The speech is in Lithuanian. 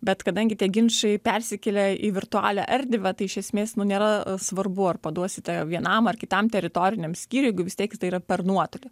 bet kadangi tie ginčai persikėlė į virtualią erdvę tai iš esmės nu nėra svarbu ar paduosite vienam ar kitam teritoriniam skyriui jeigu vis tiek jis tai yra per nuotolį